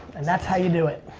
and that's how you do it.